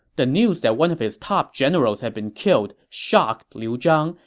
the news that one of his top generals had been killed shocked liu zhang,